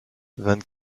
vingt